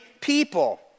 people